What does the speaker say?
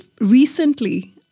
recently